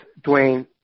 Dwayne